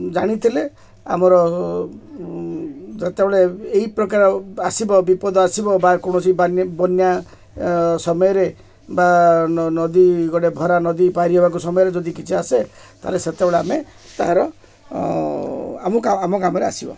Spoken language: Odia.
ଜାଣିଥିଲେ ଆମର ଯେତେବେଳେ ଏଇ ପ୍ରକାର ଆସିବ ବିପଦ ଆସିବ ବା କୌଣସି ବାନ୍ୟା ବନ୍ୟା ସମୟରେ ବା ନ ନଦୀ ଗୋଟେ ଭରା ନଦୀ ପାରିହେବାକୁ ସମୟରେ ଯଦି କିଛି ଆସେ ତା'ହେଲେ ସେତେବେଳେ ଆମେ ତା'ର ଆମକୁ ଆମ କାମରେ ଆସିବ